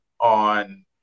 on